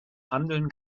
handeln